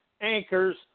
anchors